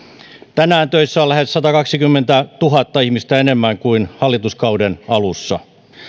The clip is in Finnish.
tänään töissä on lähes satakaksikymmentätuhatta ihmistä enemmän kuin hallituskauden alussa